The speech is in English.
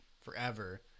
forever